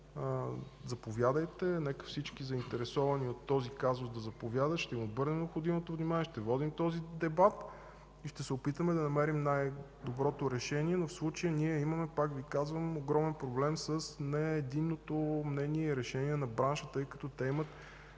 Заповядайте, нека всички заинтересовани от този казус да заповядат. Ще им обърнем необходимото внимание, ще водим този дебат и ще се опитаме да намерим най-доброто решение. В случая ние имаме, пак казвам, огромен проблем с не единното мнение и решение на бранша, тъй като те имат